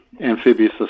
amphibious